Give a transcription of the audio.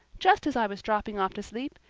just as i was dropping off to sleep,